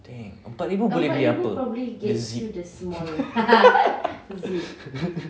dang empat ribu boleh beli apa the zip